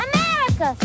America